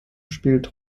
spielte